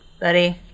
Buddy